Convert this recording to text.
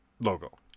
Logo